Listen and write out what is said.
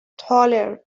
taller